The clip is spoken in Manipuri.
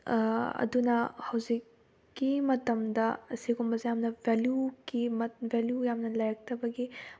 ꯑꯗꯨꯅ ꯍꯧꯖꯤꯛꯀꯤ ꯃꯇꯝꯗ ꯑꯁꯤꯒꯨꯝꯕꯁꯦ ꯌꯥꯝꯅ ꯚꯦꯂꯨꯒꯤ ꯚꯦꯂꯨ ꯌꯥꯝꯅ ꯂꯩꯔꯛꯇꯕꯒꯤ